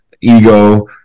ego